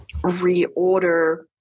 reorder